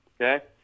okay